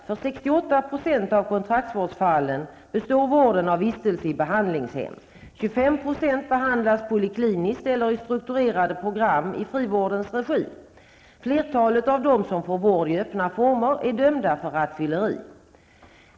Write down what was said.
För 68 % av kontraktsvårdsfallen består vården av vistelse i behandlingshem. 25 % behandlas polikliniskt eller i strukturerade program i frivårdens regi. Flertalet av dem som får vård i öppna former är dömda för rattfylleri.